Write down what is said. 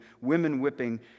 women-whipping